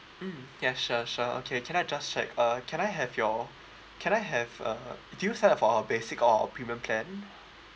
mm ya sure sure okay can I just check uh can I have your can I have uh did you sign up for our basic or our premium plan